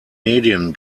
medien